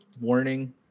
warning